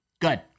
Good